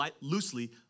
loosely